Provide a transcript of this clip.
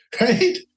right